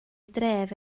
dref